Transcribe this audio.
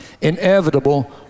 inevitable